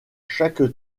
chaque